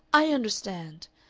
i understand.